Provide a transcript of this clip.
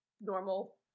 normal